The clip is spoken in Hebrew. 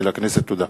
תודה.